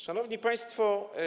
Szanowni Państwo!